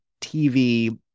TV